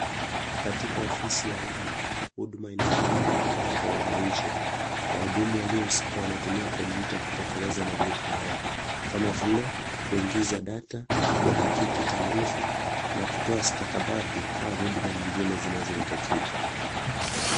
Katika ofisi ya umma huduma inaendelea kutolewa kwa wananchi, wahudumu waliohusika wanatumia kompyuta ili kutekeleza majukumu yao kama vile kuingiza data kuhakiki taarifa na kutoa stakabadhi au huduma nyingine zinazohitajika.